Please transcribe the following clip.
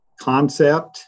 concept